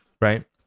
right